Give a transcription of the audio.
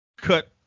cut